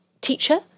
teacher